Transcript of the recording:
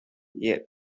yet